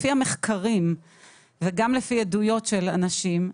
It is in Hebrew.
לפי המחקרים וגם לפי עדויות של אנשים,